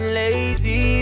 lazy